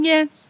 Yes